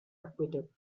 acquitted